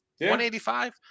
185